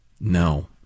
No